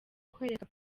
kwereka